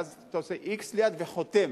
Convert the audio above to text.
ואז אתה עושה x ליד וחותם,